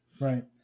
Right